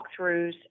walkthroughs